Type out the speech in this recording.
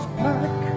black